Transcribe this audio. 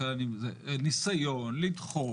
זה ניסיון לדחוק